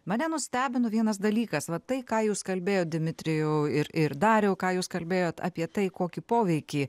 mane nustebino vienas dalykas va tai ką jūs kalbėjot dimitrijau ir ir dariau ką jūs kalbėjot apie tai kokį poveikį